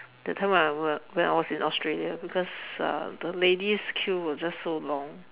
that time when I when when I was in Australia because uh the ladies queue was just so long